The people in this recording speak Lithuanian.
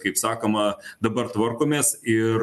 kaip sakoma dabar tvarkomės ir